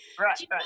right